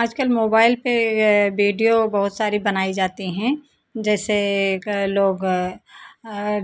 आजकल मोबाइल पे ये बीडियो बहुत सारी बनाई जाते हैं जैसे लोग